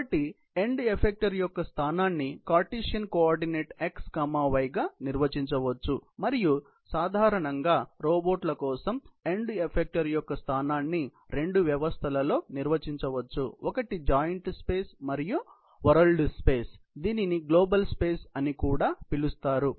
కాబట్టి end effector యొక్క స్థానాన్ని కార్టేసియన్ కోఆర్డినేట్లో x y గా నిర్వచించవచ్చు మరియు సాధారణంగా రోబోట్ల కోసం ఎండ్ ఎఫెక్టరు యొక్క స్థానాన్ని రెండు వ్యవస్థలలో నిర్వచించవచ్చు ఒకటి జాయింట్ స్పేస్ మరియు వరల్డ్ స్పేస్ దీనిని గ్లోబల్ స్పేస్ అని కూడా పిలుస్తారు